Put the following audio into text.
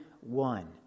one